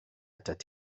atat